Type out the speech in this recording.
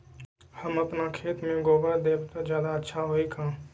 हम अपना खेत में गोबर देब त ज्यादा अच्छा होई का?